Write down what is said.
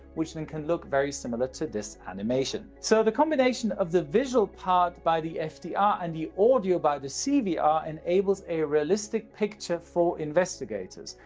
which then can look very similar to this animation. so the combination of the visual part by the fdr and the audio by the cvr enables a realistic picture for investigators,